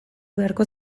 beharko